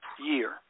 year